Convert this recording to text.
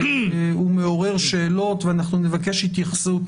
הוא מעורר שאלות, ואנחנו נבקש התייחסות